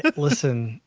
but listen,